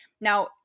Now